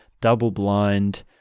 double-blind